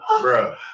Bro